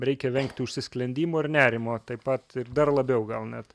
reikia vengti užsisklendimo ir nerimo taip pat ir dar labiau gal net